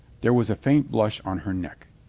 there was a faint blush on her neck.